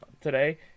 today